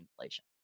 inflation